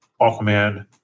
Aquaman